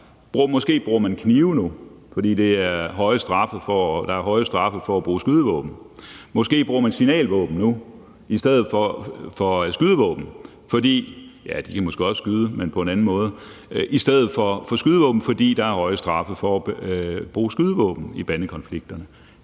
Måske bruger man knive nu, fordi der er høje straffe for at bruge skydevåben. Måske bruger man signalvåben nu i stedet for skydevåben – ja, de kan måske også skyde, men på en anden